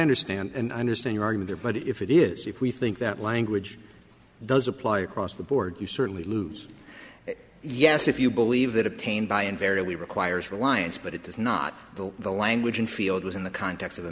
understand and i understand you argue there but if it is if we think that language does apply across the board you certainly lose yes if you believe that obtained by invariably requires reliance but it does not the the language and field was in the context of the